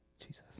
Jesus